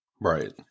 Right